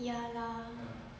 ya lah